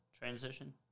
Transition